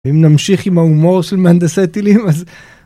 אם נמשיך עם ההומור של מנדסי טילים אז